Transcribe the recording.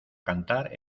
cantar